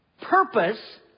purpose